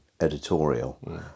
editorial